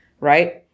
right